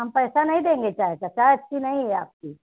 हम पैसा नहीं देंगे चाय का चाय अच्छी नहीं है आपकी